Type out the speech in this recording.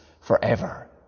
forever